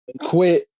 quit